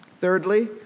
Thirdly